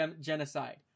genocide